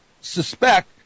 suspect